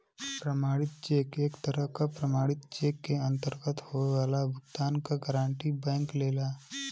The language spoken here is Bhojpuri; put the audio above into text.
प्रमाणित चेक एक तरह क प्रमाणित चेक के अंतर्गत होये वाला भुगतान क गारंटी बैंक लेला